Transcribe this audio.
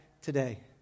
today